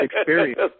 experience